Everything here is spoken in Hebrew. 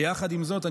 ויחד עם זאת,